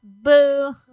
Boo